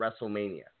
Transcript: WrestleMania